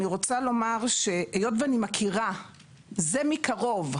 היות ואני מכירה זה מקרוב,